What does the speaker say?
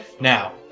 Now